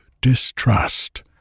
distrust